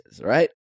right